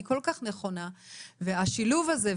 היא כל כך נכונה והשילוב הזה,